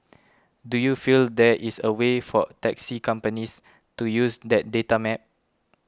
do you feel there is a way for taxi companies to use that data map